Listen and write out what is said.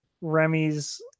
Remy's